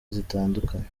zitandukanye